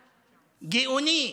גאוני,